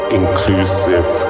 inclusive